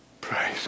Praise